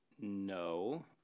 No